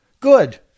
Good